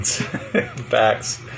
Facts